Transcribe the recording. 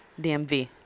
dmv